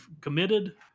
committed